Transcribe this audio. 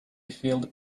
filled